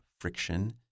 friction